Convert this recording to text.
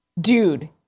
Dude